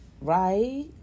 right